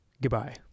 Goodbye